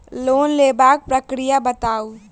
Loan लेबाक प्रक्रिया बताऊ?